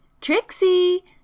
Trixie